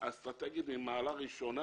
אסטרטגית ממעלה ראשונה,